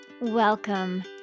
Welcome